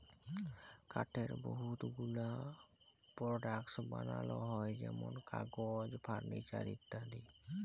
কাঠের বহুত গুলা পরডাক্টস বালাল হ্যয় যেমল কাগজ, ফারলিচার ইত্যাদি